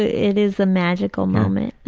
it is a magical moment.